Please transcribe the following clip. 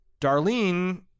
Darlene